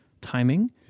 timing